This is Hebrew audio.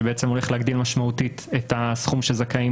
שבעצם הולך להגדיל משמעותית את הסכום שזכאים